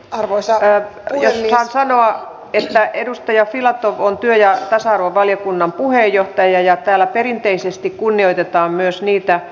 en minä väitä edes että ne olisivat helppoja ja minä jaan ihan varmasti joka ikisen teidän huolenne jonka te nostatte täällä esiin